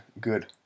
good